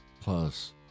plus